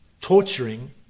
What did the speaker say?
torturing